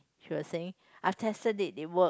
she was saying I've tested it it work